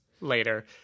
later